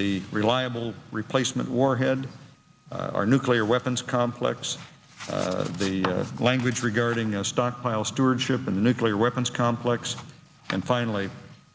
the reliable replacement warhead our nuclear weapons complex the language regarding the stockpile stewardship of the nuclear weapons complex and finally